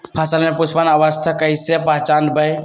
फसल में पुष्पन अवस्था कईसे पहचान बई?